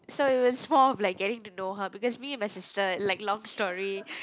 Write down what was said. so it was more of like getting to know her because me and my sister like long story